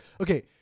okay